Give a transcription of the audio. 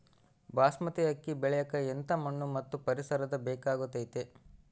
ಬಾಸ್ಮತಿ ಅಕ್ಕಿ ಬೆಳಿಯಕ ಎಂಥ ಮಣ್ಣು ಮತ್ತು ಪರಿಸರದ ಬೇಕಾಗುತೈತೆ?